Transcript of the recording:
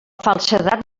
falsedat